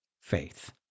faith